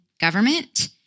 government